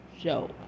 show